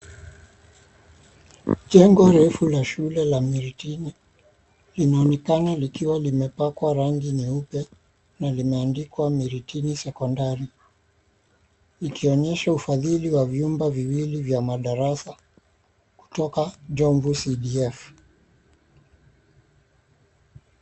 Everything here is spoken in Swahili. Jengo refu la shule la Miritini linaonekana likiwa limepakwa rangi nyeupe, na limeandikwa Miritini Sekondari. Likionyesha ufadhili wa vyumba viwili vya madarasa kutoka Jomvu (cs)CDF(cs).